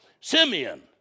Simeon